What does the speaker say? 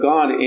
God